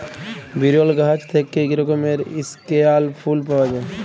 বিরল গাহাচ থ্যাইকে ইক রকমের ইস্কেয়াল ফুল পাউয়া যায়